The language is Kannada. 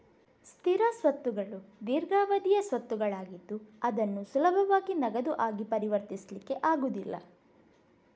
ಸ್ಥಿರ ಸ್ವತ್ತುಗಳು ದೀರ್ಘಾವಧಿಯ ಸ್ವತ್ತುಗಳಾಗಿದ್ದು ಅದನ್ನು ಸುಲಭವಾಗಿ ನಗದು ಆಗಿ ಪರಿವರ್ತಿಸ್ಲಿಕ್ಕೆ ಆಗುದಿಲ್ಲ